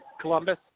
Columbus